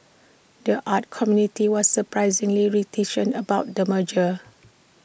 the arts community was surprisingly reticent about the merger